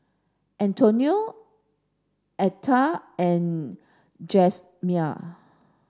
Antonia Atha and Jazmyne